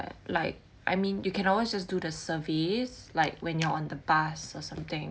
like I mean you can always just do the surveys like when you're on the bus or something